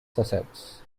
sussex